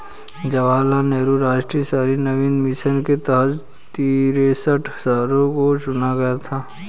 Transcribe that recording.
जवाहर लाल नेहरू राष्ट्रीय शहरी नवीकरण मिशन के तहत तिरेसठ शहरों को चुना गया था